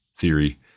theory